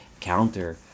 counter